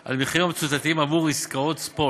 על מחירים המצוטטים עבור עסקאות ספוט,